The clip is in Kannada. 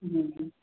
ಹ್ಞೂ ಹ್ಞೂ